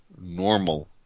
normal